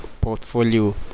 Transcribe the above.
portfolio